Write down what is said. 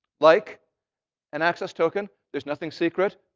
like an access token, there's nothing secret.